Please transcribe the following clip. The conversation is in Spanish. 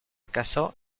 casó